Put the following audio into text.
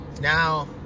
Now